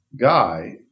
guy